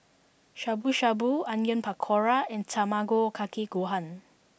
Shabu shabu Onion Pakora and Tamago Kake Gohan